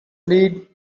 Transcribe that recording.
lead